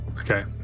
Okay